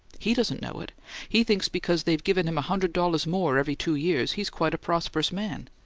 he doesn't know it he thinks because they've given him a hundred dollars more every two years he's quite a prosperous man!